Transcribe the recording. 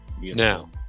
Now